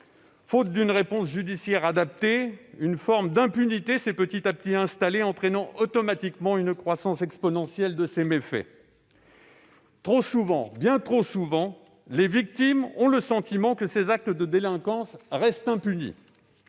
Faute d'une réponse judiciaire, une forme d'impunité s'est peu à peu installée, entraînant automatiquement une croissance exponentielle de ces méfaits. Trop souvent, bien trop souvent, les victimes ont le sentiment que ces actes de délinquance restent impunis.